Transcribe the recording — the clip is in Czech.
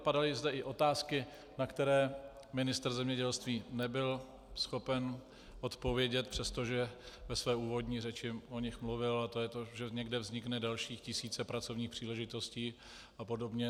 Padaly zde i otázky, na které ministr zemědělství nebyl schopen odpovědět, přestože ve své úvodní řeči o nich mluvil, a to je to, že někde vznikne dalších tisíce pracovních příležitostí a podobně.